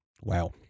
wow